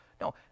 No